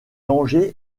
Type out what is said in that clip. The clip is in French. dangers